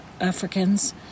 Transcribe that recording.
Africans